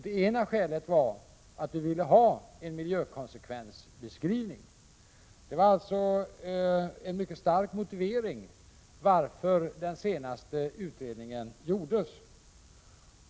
Det ena skälet var att vi ville ha en miljökonsekvensbeskrivning, och det var en mycket stark motivering till att denna utredning genomfördes.